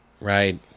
Right